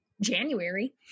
january